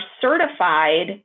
certified